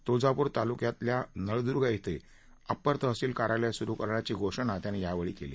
तूळजापूर तालुक्यातील नळदूर्ग धिं अप्पर तहसील कार्यालय सूरु करण्याची घोषणा त्यांनी यावेळी केली